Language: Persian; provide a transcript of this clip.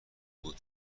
بود